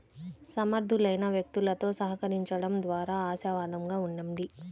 సమర్థులైన వ్యక్తులతో సహకరించండం ద్వారా ఆశావాదంగా ఉండండి